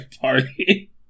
party